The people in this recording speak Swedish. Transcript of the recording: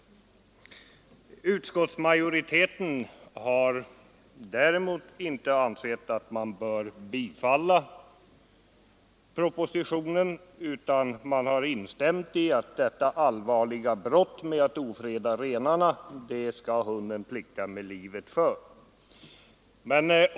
Utskottsmajoriteten har emellertid inte funnit att propositionen bör bifallas på denna punkt.